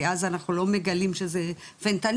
כי אז אנחנו לא מגלים שזה פנטניל,